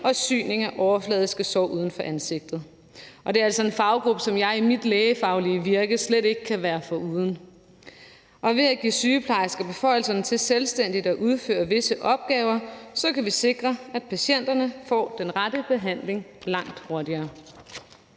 og syning af overfladiske sår uden for ansigtet. Det er altså en faggruppe, som jeg i mit lægefaglige virke slet ikke kan være foruden. Ved at give sygeplejersker beføjelserne til selvstændigt at udføre visse opgaver kan vi sikre, at patienterne får den rette behandling langt hurtigere.